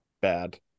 Bad